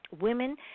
women